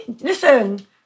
listen